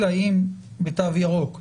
אלא אם בתו ירוק,